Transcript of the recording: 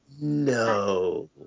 no